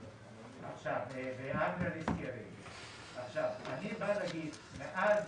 אני אומר מאז